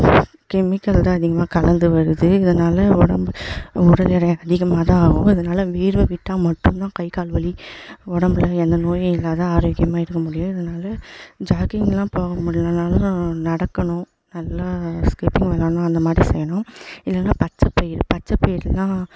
chemical தான் அதிகமாக கலந்து வருது இதனால் உடம்பு உடலெடை அதிகமாகதான் ஆகும் அதனாலே வேர்வை விட்டால் மட்டும் தான் கை கால் வலி உடம்புல எந்த நோயும் இல்லாது ஆரோக்கியமாக இருக்க முடியும் இதனால ஜாக்கிங்கெலாம் போகமுடியலனாலும் நடக்கணும் நல்லா ஸ்கிப்பிங் விளாடணும் அந்தமாதிரி செய்யணும் இல்லைனா பச்சைப்பயிறு பச்சைப்பயிறுலாம்